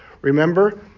Remember